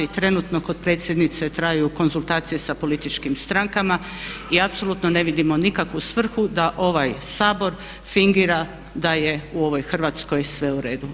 Trenutno kod predsjednice traju konzultacije sa političkim strankama i apsolutno ne vidimo nikakvu svrhu da ovaj Sabor fingira da je u ovoj Hrvatskoj sve u redu.